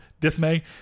dismay